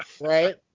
Right